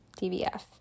DVF